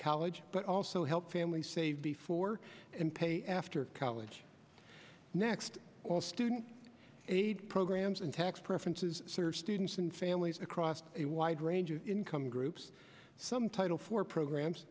college but also help families save before and pay after college next all student aid programs and tax preferences serves students and families across a wide range of income groups some title for programs